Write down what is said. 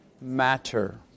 matter